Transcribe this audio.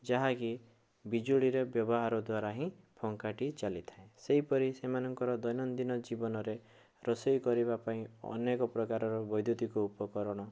ଯାହାକି ବିଜୁଳିର ବ୍ୟବହାର ଦ୍ଵାରା ହିଁ ପଙ୍ଖାଟି ଚାଲିଥାଏ ସେହିପରି ଦୈନଦିନ ଜୀବନରେ ରୋଷେଇ କରିବା ପାଇଁ ଅନେକପ୍ରକାରର ବୈଦୁତିକ ଉପକରଣ